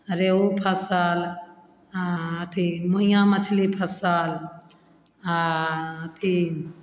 रेहू फँसल आओर अथी भुइयाँ मछली फँसल आओर अथी